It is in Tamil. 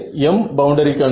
m பவுண்டரிக்கானது